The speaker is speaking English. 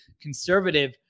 conservative